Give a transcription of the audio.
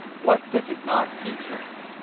what does it not teach us?